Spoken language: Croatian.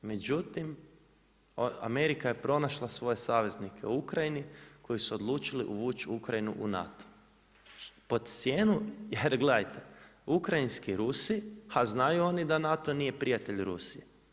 Međutim, Amerika je pronašla svoje saveznike u Ukrajini koji su odlučili uvući Ukrajinu u NATO pod cijenu, jer gledajte Ukrajinski Rusi, ha znaju oni da NATO nije prijatelj Rusije.